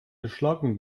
geschlagen